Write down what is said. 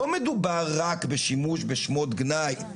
לא מדובר רק בשימוש בשמות גנאי,